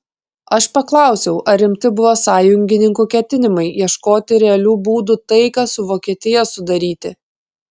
aš paklausiau ar rimti buvo sąjungininkų ketinimai ieškoti realių būdų taiką su vokietija sudaryti